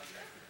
אז אין.